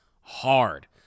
hard